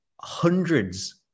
hundreds